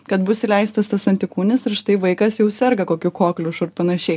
kad bus įleistas tas antikūnis ir štai vaikas jau serga kokiu kokliušu ir panašiai